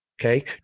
Okay